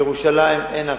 בירושלים אין הקפאה.